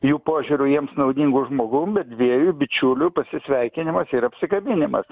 jų požiūriu jiems naudingu žmogum bet dviejų bičiulių pasisveikinimas ir apsikabinimas